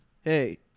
Hey